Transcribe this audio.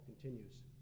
continues